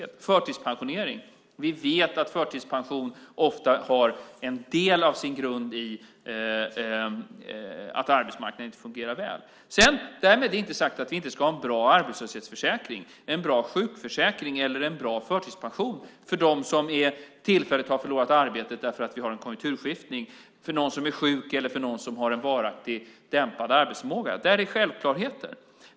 När det gäller förtidspensionering vet vi att den ofta har en del av sin grund i att arbetsmarknaden inte fungerar väl. Därmed inte sagt att vi inte ska ha en bra arbetslöshetsförsäkring, en bra sjukförsäkring eller en bra förtidspension för dem som tillfälligt har förlorat arbetet därför att vi har en konjunkturskiftning, för någon som är sjuk eller för någon som har en varaktig dämpad arbetsförmåga. Det är självklarheter.